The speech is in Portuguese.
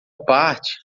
parte